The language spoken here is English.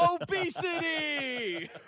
obesity